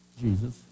Jesus